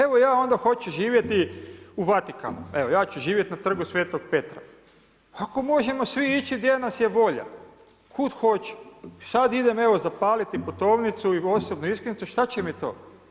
Evo ja onda hoću živjeti u Vatikanu, evo ja ću živjet na Trgu Svetog Petra, ako možemo svi ići gdje nas je volja, kud hoću, i sad idem, evo zapaliti putovnicu i osobnu iskaznicu, šta će mi to?